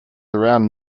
around